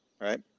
right